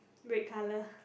red colour